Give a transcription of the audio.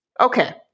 Okay